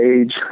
age